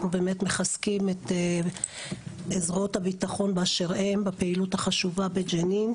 אנחנו באמת מחזקים את זרועות הביטחון באשר הם בפעילות החשובה בג'נין.